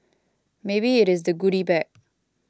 maybe it is the goody bag